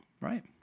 right